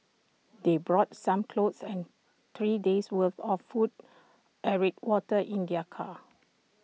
they brought some clothes and three days' worth of food water in their car